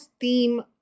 theme